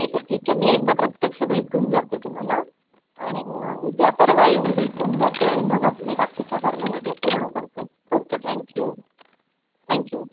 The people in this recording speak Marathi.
ठीक आहे ठीक आहे मी एकदा प्रत्यक्ष भेटून जाते तुम्हाला आणि उद्या परवा येऊन भेटून जाते आणि मग आप मी बाकीच्या फॉर्मॅलिटीज पूर्ण करते ओके थँक्यू थँक्यू